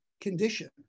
condition